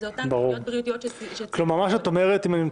שהן אותן תחלואות בריאותיות ש --- היא שכחה לומר